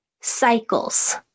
Cycles